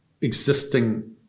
existing